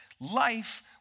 Life